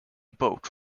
boat